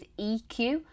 eq